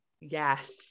Yes